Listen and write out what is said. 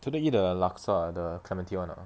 today eat the laksa the clementi [one] ah